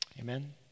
Amen